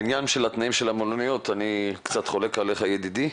בעניין התנאים של המלוניות אני קצת חולק עליך ידידי.